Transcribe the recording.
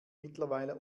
mittlerweile